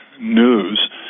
news